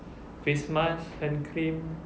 face mask hand cream